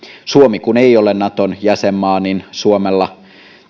suomi kun ei ole naton jäsenmaa niin suomella